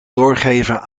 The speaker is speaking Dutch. doorgeven